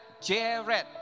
Jared